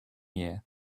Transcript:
year